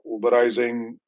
Uberizing